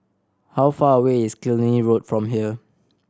how far away is Killiney Road from here